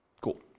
Cool